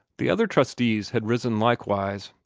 the other trustees had risen likewise,